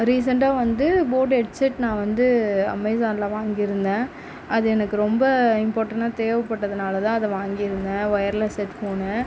ரீசெண்ட்டாக வந்து போட்டு ஹெட்செட் நான் வந்து அமேசானில் வாங்கியிருந்தேன் அது எனக்கு ரொம்ப இம்பார்டன்னாக தேவைப்பட்டதுனாலதான் அதை வாங்கியிருந்தேன் ஒயர்லெஸ் ஹெட் ஃபோனு